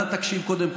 רק על החסינות,